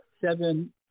Seven